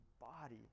body